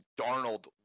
Darnold